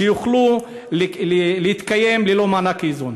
שיוכלו להתקיים ללא מענק איזון.